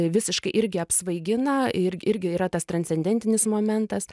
visiškai irgi apsvaigina ir irgi yra tas transcendentinis momentas